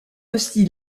aussi